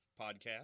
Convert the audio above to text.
podcast